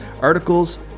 articles